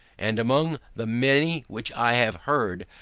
and among the many which i have heard,